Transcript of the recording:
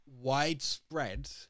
widespread